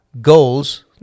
goals